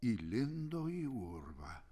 įlindo į urvą